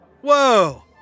Whoa